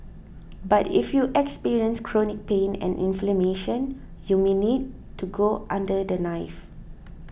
but if you experience chronic pain and inflammation you may need to go under the knife